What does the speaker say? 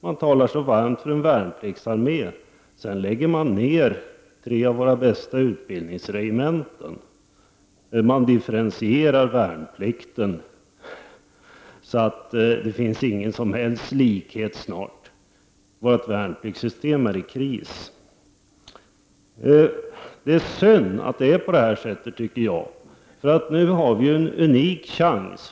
Man talar så varmt för en värnpliktsarmé. Sedan lägger man ned tre av våra bästa utbildningsregementen. Man differentierar värnplikten så att det snart inte finns någon som helst likhet. Vårt värnpliktssystem är i kris. Det är synd att det är på detta sätt, tycker jag. Nu har vi ju en unik chans.